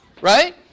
Right